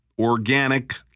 organic